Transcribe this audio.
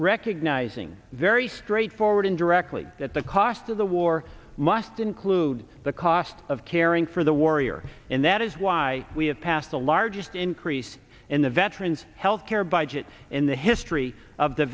recognizing very straightforward and directly that the cost of the war must include the cost of caring for the warrior and that is why we have passed the largest increase in the veterans health care budget in the history of the